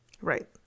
Right